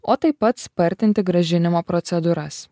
o taip pat spartinti grąžinimo procedūras